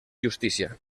justícia